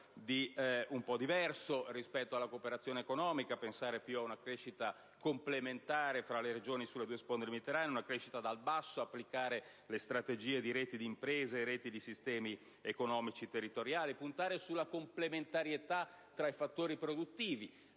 un po' diverso rispetto alla cooperazione economica, pensare più a una crescita complementare tra le regioni sulle due sponde del Mediterraneo, una crescita dal basso, applicare le strategie di reti di imprese e reti di sistemi economici territoriali, puntare sulla complementarietà tra i fattori produttivi,